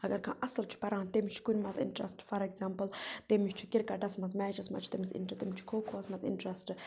اگر کانٛہہ اَصٕل چھُ پَران تٔمِس چھُ کُنہِ منٛز اِنٹرَسٹ فار ایٚکزامپٕل تٔمِس چھُ کِرکَٹَس مَنٛز میچَس مَنٛز چھُ تٔمِس اِنٹرٛسٹ تٔمِس چھُ کھووَس منٛز اِنٹرٛسٹ